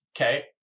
Okay